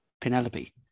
Penelope